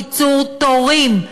לקיצור תורים,